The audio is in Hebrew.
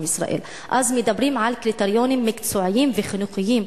מדברים על קריטריונים מקצועיים וחינוכיים,